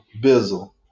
Bizzle